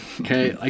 okay